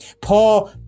Paul